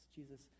Jesus